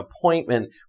appointment